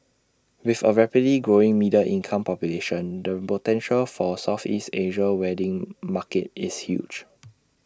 with A rapidly growing middle income population the potential for Southeast Asian wedding market is huge